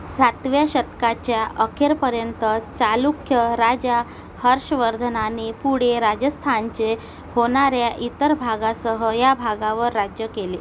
सातव्या शतकाच्या अखेरपर्यंत चालुक्य राजा हर्षवर्धनाने पुढे राजस्थानचे होणार्या इतर भागासह या भागावर राज्य केले